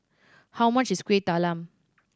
how much is Kuih Talam